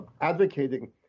advocating